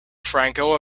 franco